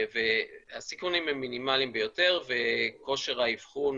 הסיכונים הם מינימליים ביותר וכושר האבחון